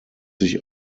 sich